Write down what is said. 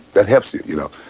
that helps you, you know.